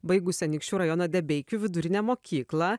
baigus anykščių rajono debeikių vidurinę mokyklą